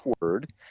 word